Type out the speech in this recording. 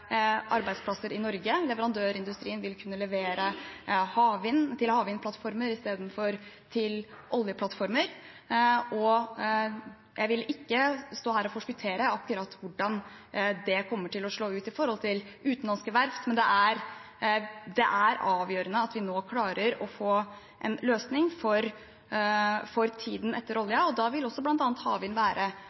arbeidsplasser i Norge. Leverandørindustrien vil kunne levere havvind til havvindplattformer i stedet for til oljeplattformer. Jeg vil ikke stå her og forskuttere akkurat hvordan det kommer til å slå ut med tanke på utenlandske verft, men det er avgjørende at vi nå klarer å få en løsning for tiden etter oljen, og da vil bl.a. også havvind være